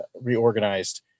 reorganized